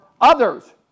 others